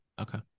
Okay